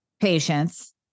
patients